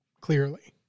clearly